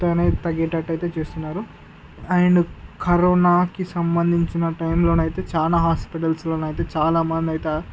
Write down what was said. ఎంతైనా తగ్గేటట్టే చేస్తున్నారు అండ్ కరోనాకి సంబంధించిన టైంలో అయితే చాలా హాస్పిటల్స్లో అయితే చాలా మందైతే